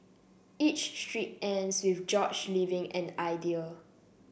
each strip ends with George leaving an idea